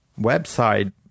website